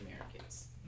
Americans